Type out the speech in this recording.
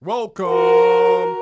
Welcome